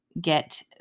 get